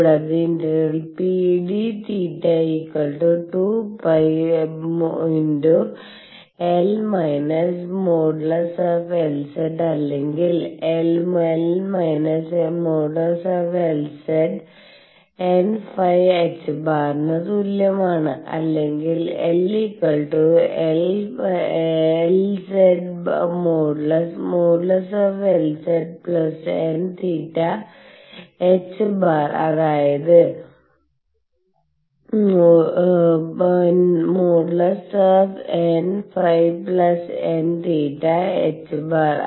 കൂടാതെ ∫ Pd θ2 π L−|Lz|അല്ലെങ്കിൽ L−|Lz| nθ ℏ ന് തുല്യമാണ് അല്ലെങ്കിൽ L|Lz|nθ ℏ അതായത് |nϕ|nθ ℏ